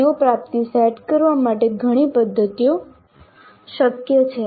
CO પ્રાપ્તિ set કરવા માટે ઘણી પદ્ધતિઓ શક્ય છે